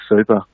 super